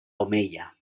omeia